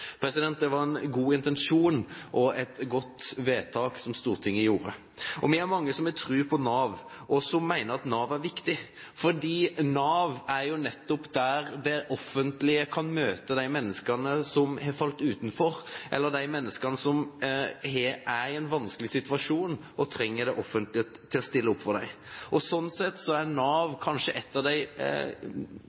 Det var en god intensjon og et godt vedtak som Stortinget gjorde. Vi er mange som har tro på Nav, og som mener at Nav er viktig. Nav er jo nettopp der det offentlige kan møte de menneskene som har falt utenfor, eller de menneskene som er i en vanskelig situasjon, og som trenger det offentlige til å stille opp for seg. Sånn sett er Nav kanskje ett av de